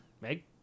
Meg